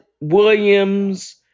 Williams